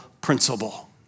principle